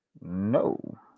No